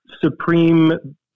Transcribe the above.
Supreme